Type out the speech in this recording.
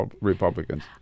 Republicans